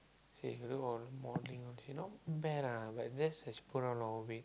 say you know or more thing you know but that this is put a long way